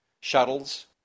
shuttles